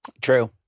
True